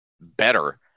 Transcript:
better